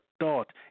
thought